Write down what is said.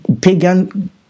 pagan